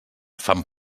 fan